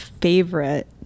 favorite